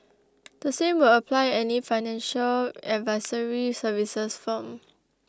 the same will apply any financial advisory services firm